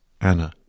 Anna